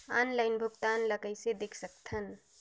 Online भुगतान ल कइसे देख सकथन?